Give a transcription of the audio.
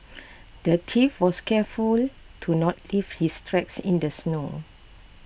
the thief was careful to not leave his tracks in the snow